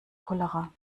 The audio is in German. cholera